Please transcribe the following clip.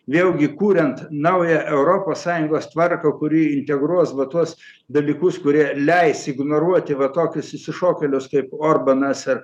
vėlgi kuriant naują europos sąjungos tvarką kuri integruos vat tuos dalykus kurie leis ignoruoti va tokius išsišokėlius kaip orbanas ar